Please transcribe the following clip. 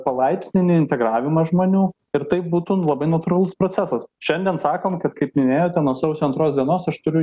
palaipsninį integravimą žmonių ir taip būtų labai natūralus procesas šiandien sakom kad kaip minėta nuo sausio antros dienos aš turiu